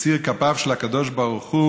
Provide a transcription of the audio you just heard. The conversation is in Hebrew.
יציר כפיו של הקדוש-ברוך-הוא,